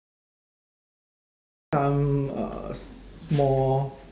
some uh small